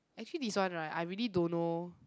actually this one right I really don't know